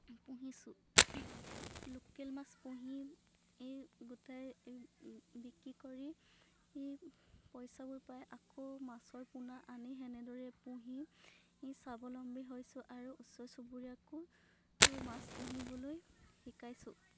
পুহিছোঁ লোকেল মাছ পুহি এই গোটেই বিক্ৰী কৰি ই পইচাবোৰ পাই আকৌ মাছৰ পোনা আনি সেনেদৰে পুহি স্বাৱলম্বী হৈছোঁ আৰু ওচৰ চুবুৰীয়াকো মাছ পুহিবলৈ শিকাইছোঁ